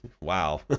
Wow